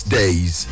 days